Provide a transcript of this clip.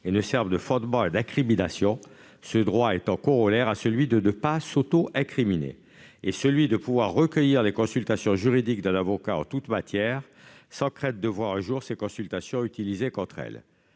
et servent de fondement à une incrimination, corollaire du droit de ne pas s'auto-incriminer ; le droit de recueillir les consultations juridiques d'un avocat en toute matière sans crainte de voir un jour ces consultations utilisées contre soi.